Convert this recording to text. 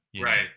Right